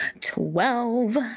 Twelve